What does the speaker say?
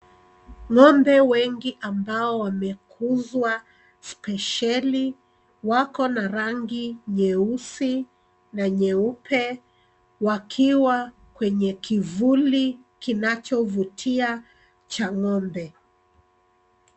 Ng'ombe wengi ambao wamekuzwa spesheli wako na rangi nyeusi na nyeupe wakiwa kwenye kivuli kinacho vutia cha ng'ombe